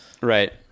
right